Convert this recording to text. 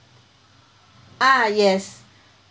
ah yes